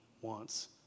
wants